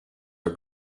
are